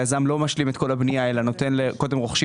היזם לא משלים את כל הבנייה; קודם רוכשים